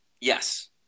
yes